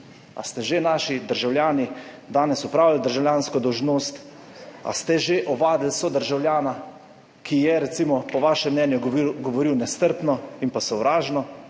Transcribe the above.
Ali ste že naši državljani danes opravljali državljansko dolžnost? Ali ste že ovadili sodržavljana, ki je, recimo, po vašem mnenju govoril nestrpno in pa sovražno?